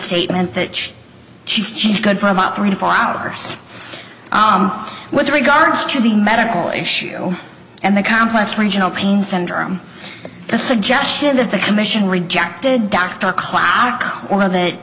statement that she is good for about three to four hours with regards to the medical issue and the complex regional pain syndrome the suggestion that the commission rejected dr clock or that